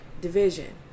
division